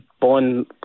born